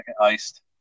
iced